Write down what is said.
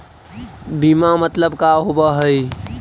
बीमा मतलब का होव हइ?